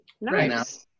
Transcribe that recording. Nice